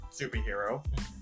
superhero